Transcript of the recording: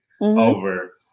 over